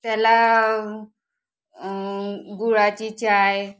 त्याला गुळाची चहा